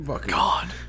God